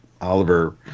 Oliver